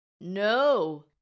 No